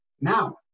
Now